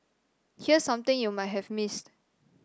here's something you might have missed